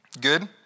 Good